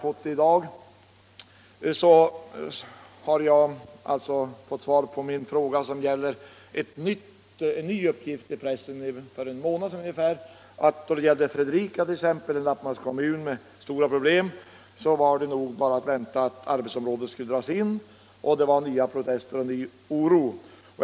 I dag har jag fått svar på min fråga angående en ny uppgift i pressen —- för en månad sedan ungefär — att det t.ex. då dei gäller Fredrika, en Lapplandskommun med stora problem, nog bara var att vänta att arbetsområdet där också skulle dras in, vilket medfört nya protester och ny oro.